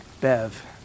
Bev